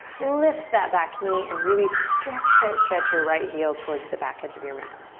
lift that back knee and really stretch, stretch, stretch your right heel towards the back edge of your mat.